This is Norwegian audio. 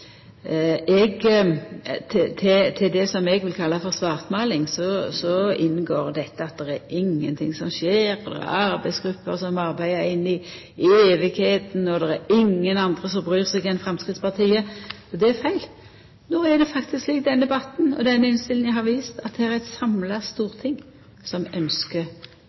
det som eg vil kalla for svartmåling, inngår dette at det er ingenting som skjer, at det er arbeidsgrupper som arbeider inn i æva, og det er ingen andre enn Framstegspartiet som bryr seg. Men det er feil. No er det faktisk slik at denne debatten og denne innstillinga har vist at det er eit samla storting som